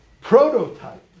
prototype